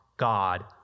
God